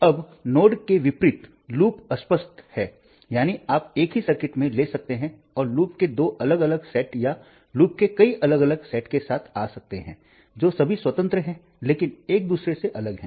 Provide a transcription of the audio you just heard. अब नोड्स के विपरीत लूप अस्पष्ट हैं यानी आप एक ही सर्किट ले सकते हैं और लूप के दो अलग अलग सेट या लूप के कई अलग अलग सेट के साथ आ सकते हैं जो सभी स्वतंत्र हैं लेकिन एक दूसरे से अलग हैं